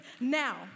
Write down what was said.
now